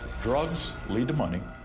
drugs lead to money,